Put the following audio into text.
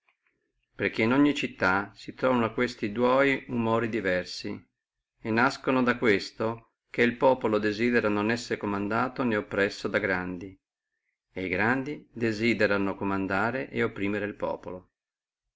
perché in ogni città si truovano questi dua umori diversi e nasce da questo che il populo desidera non essere comandato né oppresso da grandi e li grandi desiderano comandare et opprimere el populo